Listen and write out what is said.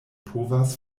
povas